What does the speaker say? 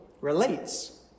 relates